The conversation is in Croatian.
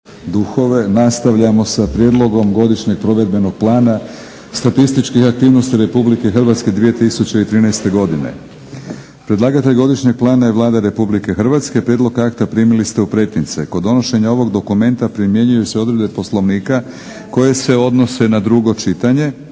duhove nastavljamo sa - Prijedlog godišnjeg provedbenog plana statističkih aktivnosti Republike HRvatske 2013.godine Predlagatelj godišnjeg plana je Vlada RH. Prijedlog akta primili ste u pretince. Kod donošenja ovog dokumenta primjenjuju se odredbe Poslovnika koje se odnose na drugo čitanje